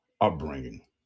upbringing